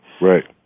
Right